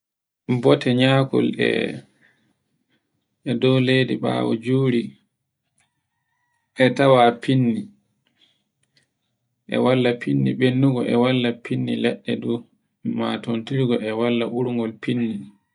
Mbote nyako e e dow leydi ɓawo juri e tawa finni, e walla finni ɓallugol, walla finni leɗɗe ɗun matirgil e wannan urgol finni.